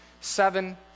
seven